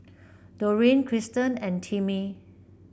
Doreen Krysten and Timmie